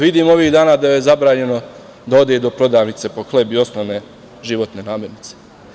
Vidim ovih dana da kojoj je zabranjeno da ode do prodavnice po hleb i osnovne životne namirnice.